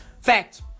Fact